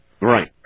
Right